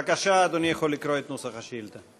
בבקשה, אדוני יכול לקרוא את נוסח השאילתה.